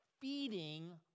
feeding